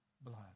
blood